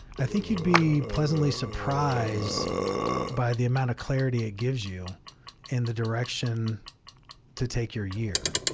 i think you'd be pleasantly surprised by the amount of clarity it gives you in the direction to take your year.